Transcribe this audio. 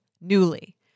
Newly